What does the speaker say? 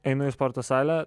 einu į sporto salę